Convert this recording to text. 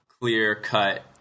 clear-cut